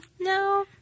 no